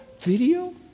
video